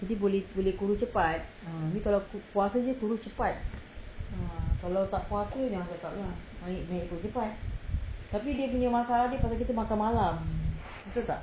kita boleh boleh kurus cepat ah abeh kalau kurus puasa jer kurus cepat ah kalau tak puasa jangan cakap lah naik naik pun cepat tapi dia punya masalah dia sebab kita makan malam betul tak